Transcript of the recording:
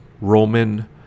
Roman